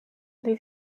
did